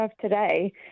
today